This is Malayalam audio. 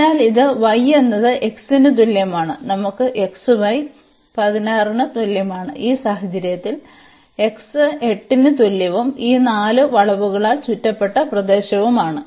അതിനാൽ ഇത് y എന്നത് x ന് തുല്യമാണ് നമുക്ക് xy 16 ന് തുല്യമാണ് ഈ സാഹചര്യത്തിൽ x 8 ന് തുല്യവും ഈ നാല് വളവുകളാൽ ചുറ്റപ്പെട്ട പ്രദേശവുമാണ്